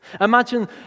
Imagine